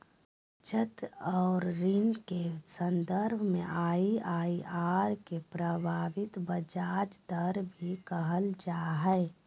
बचत और ऋण के सन्दर्भ में आइ.आइ.आर के प्रभावी ब्याज दर भी कहल जा हइ